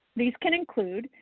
these can include,